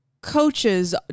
coaches